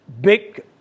big